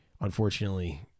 unfortunately